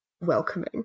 welcoming